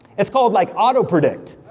it's called like, auto-predict.